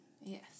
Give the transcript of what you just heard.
Yes